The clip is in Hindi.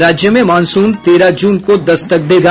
राज्य में मॉनसून तेरह जून को दस्तक देगा